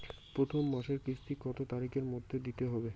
প্রথম মাসের কিস্তি কত তারিখের মধ্যেই দিতে হবে?